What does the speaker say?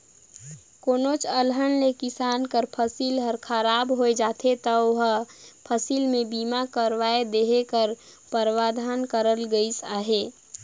कोनोच अलहन ले किसान कर फसिल हर खराब होए जाथे ता ओ फसिल में बीमा कवर देहे कर परावधान करल गइस अहे